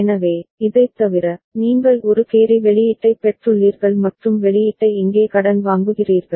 எனவே இதைத் தவிர நீங்கள் ஒரு கேரி வெளியீட்டைப் பெற்றுள்ளீர்கள் மற்றும் வெளியீட்டை இங்கே கடன் வாங்குகிறீர்கள்